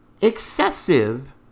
excessive